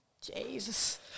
Jesus